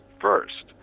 first